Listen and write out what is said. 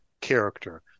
character